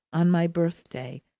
on my birthday,